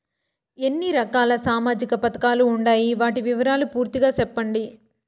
ఎన్ని రకాల సామాజిక పథకాలు ఉండాయి? వాటి వివరాలు పూర్తిగా సెప్పండి?